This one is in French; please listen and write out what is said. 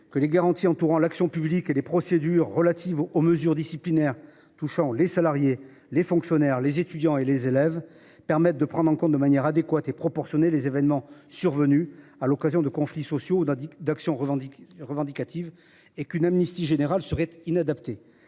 que les garanties entourant l’action publique et les procédures relatives aux mesures disciplinaires touchant les salariés, fonctionnaires, étudiants et élèves permettent de prendre en compte de manière adéquate et proportionnée les événements survenus à l’occasion de conflits sociaux ou d’actions revendicatives et qu’une amnistie générale serait inadaptée.